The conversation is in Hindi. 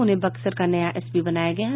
उन्हें बक्सर का नया एसपी बनाया गया है